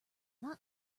not